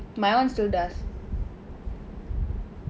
my [one] still does